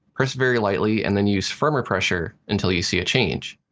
press very lightly and then use firmer pressure until you see a change.